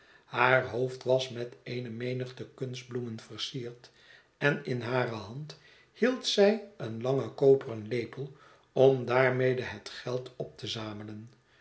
haar hoofd was met eene menigte kunstbloemen versierd en in bare hand hield zij een langen koperen lepel ora daarmede het geld op te zamelen